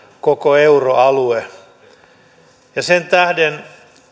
koko euroalue sen tähden